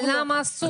למה אסור?